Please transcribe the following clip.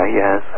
yes